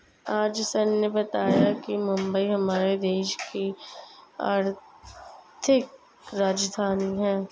आज सर ने बताया कि मुंबई हमारे देश की आर्थिक राजधानी है